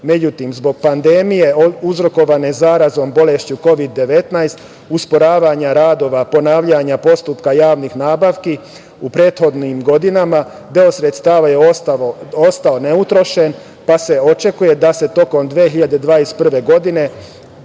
Međutim, zbog pandemije uzrokovane zaraznom bolešću Kovid-19, usporavanja radova, ponavljanja postupka javnih nabavki u prethodnim godinama deo sredstava je ostao neutrošen, pa se očekuje da se tokom 2021. godine